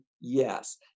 yes